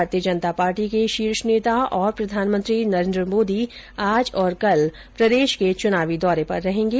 भारतीय जनता पार्टी के शीर्ष नेता और प्रधानमंत्री नरेंद्र मोदी आज और कल राजस्थान के चुनावी दौरे पर रहेंगे